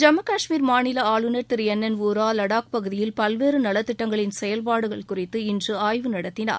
ஜம்மு கஷ்மீர் மாநில ஆளுநர் Thiru N N Vohra Ladakh பகுதியில் பல்வேறு நலத்திட்டங்களின் செயல்பாடு குறித்து இன்று ஆய்வு நடத்தினார்